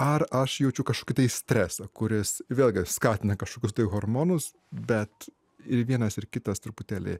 ar aš jaučiu kažkokį tai stresą kuris vėlgi skatina kažkokius tai hormonus bet ir vienas ir kitas truputėlį